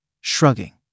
shrugging